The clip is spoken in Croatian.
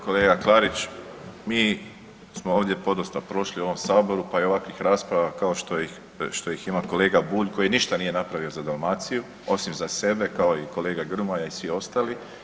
Kolega Klarić, mi smo ovdje podosta prošli u ovom Saboru pa i ovakvih rasprava kao što ih ima kolega Bulj koji ništa nije napravio za Dalmaciju osim za sebe kao i kolega Grmoja i svi ostali.